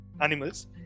animals